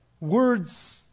words